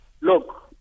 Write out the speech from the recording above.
Look